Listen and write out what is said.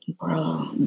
Bro